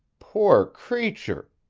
poor creature!